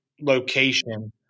location